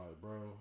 bro